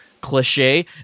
cliche